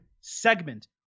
segment